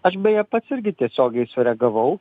aš beje pats irgi tiesiogiai sureagavau